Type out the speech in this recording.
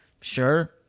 sure